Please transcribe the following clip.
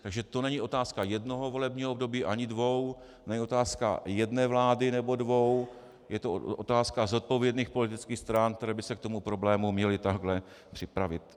Takže to není otázka jednoho volebního období ani dvou, není otázka jedné vlády nebo dvou, je to otázka zodpovědných politických stran, které by se k tomu problému měly takhle připravit.